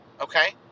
Okay